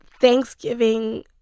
Thanksgiving